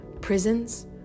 Prisons